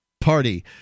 party